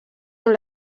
amb